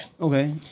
Okay